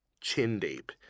chin-deep